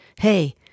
hey